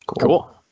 Cool